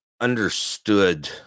understood